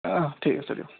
অহ ঠিক আছে দিয়ক